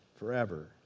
Forever